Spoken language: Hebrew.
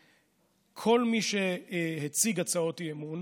כל מי שהציג הצעות אי-אמון